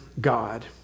God